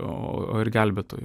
o ir gelbėtojų